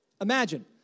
Imagine